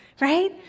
right